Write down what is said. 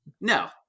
no